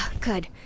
Good